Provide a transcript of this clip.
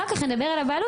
אחר כך נדבר על הבעלות,